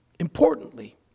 Importantly